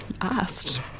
asked